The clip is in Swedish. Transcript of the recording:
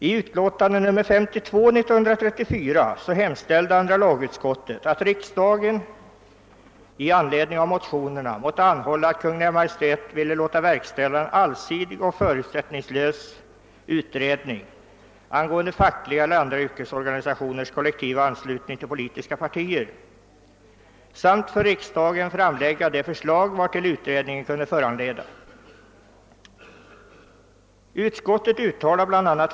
I utlåtande nr 52 år 1934 hemställde andra lagutskottet att riksdagen i anledning av motionerna måtte anhålla att Kungl. Maj:t ville låta verkställa en allsidig och förutsättningslös utredning angående fackliga eller andra yrkesorganisationers kollektiva anslutning till politiska partier samt för riksdagen framlägga de förslag vartill utredningen kunde föranleda. Utskottet uttalade bla.